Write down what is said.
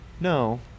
no